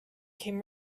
came